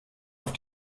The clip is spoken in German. auf